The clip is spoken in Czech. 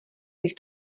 bych